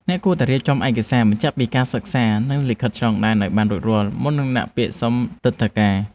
អ្នកគួរតែរៀបចំឯកសារបញ្ជាក់ពីការសិក្សានិងលិខិតឆ្លងដែនឱ្យបានរួចរាល់មុននឹងដាក់ពាក្យសុំទិដ្ឋាការ។